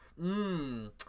Mmm